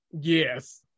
Yes